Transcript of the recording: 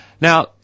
Now